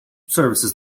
services